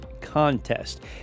contest